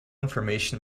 information